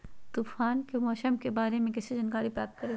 तूफान के मौसम के बारे में कैसे जानकारी प्राप्त करें?